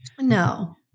No